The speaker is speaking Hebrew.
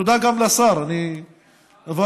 תודה גם לשר, אבל